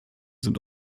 sind